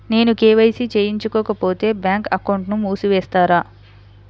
నేను కే.వై.సి చేయించుకోకపోతే బ్యాంక్ అకౌంట్ను మూసివేస్తారా?